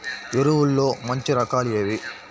ఎరువుల్లో మంచి రకాలు ఏవి?